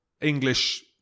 English